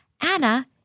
Anna